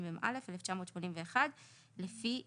התשמ"א 1981 לפי העניין.